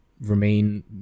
remain